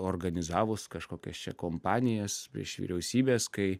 organizavus kažkokias čia kompanijas prieš vyriausybes kai